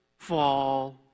fall